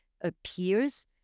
appears